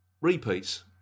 repeats